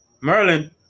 Merlin